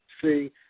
See